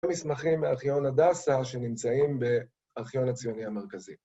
מסמכים מארכיון הדסה שנמצאים בארכיון הציוני המרכזי.